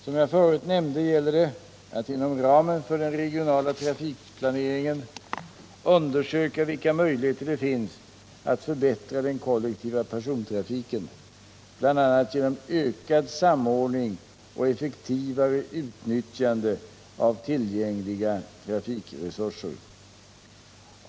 Som jag förut nämnde gäller det att inom ramen för den regionala trafikplaneringen undersöka vilka möjligheter det finns att förbättra den kollektiva persontrafiken, bl.a. genom ökad samordning och effektivare utnyttjande av tillgängliga trafikresurser.